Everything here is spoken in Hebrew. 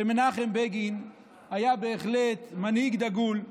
שמנחם בגין היה בהחלט מנהיג דגול.